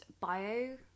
bio